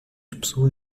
pessoas